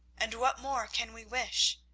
and what more can we wish?